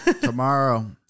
Tomorrow